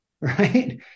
right